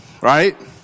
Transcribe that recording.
Right